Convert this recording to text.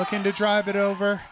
looking to drive it over